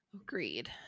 Agreed